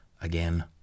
again